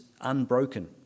unbroken